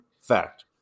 fact